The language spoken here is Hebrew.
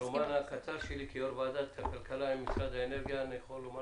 ברומן הקצר שלי כיושב-ראש ועדת כלכלה עם משרד האנרגיה אני יכול לומר